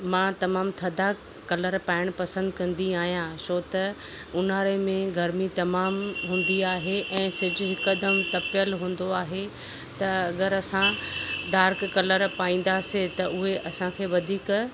मां तमामु थधा कलर पाइ्णु पसंदि कंदी आहियां छो त ऊन्हारे में गर्मी तमामु हूंदी आहे ऐं सिज हिकदमु तपियल हूंदो आहे त अगरि असां डार्क कलर पाईंदासीं त उहे असांखे वधीक